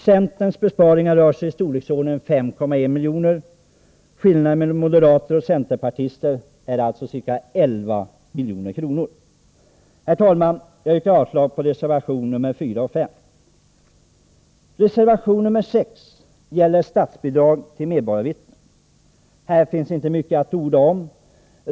Centerns besparing är i storleksordningen 5,1 milj.kr. Skillnaden mellan moderaterna och centerpartisterna är alltså ca 11 milj.kr. Herr talman! Jag yrkar avslag på reservationerna 4 och 5. Reservation 6 gäller statsbidrag till medborgarvittnen. Här finns det inte mycket att orda om.